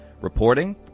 reporting